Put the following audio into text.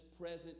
present